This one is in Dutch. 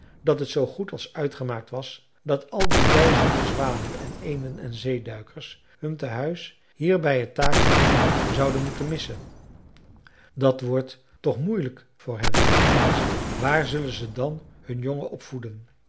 dat het zoo goed als uitgemaakt was dat al die duizenden zwanen en eenden en zeeduikers hun tehuis hier bij het takermeer zouden moeten missen dat wordt toch moeielijk voor hen dacht ze waar zullen ze dan hun jongen opvoeden